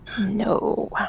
No